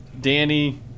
Danny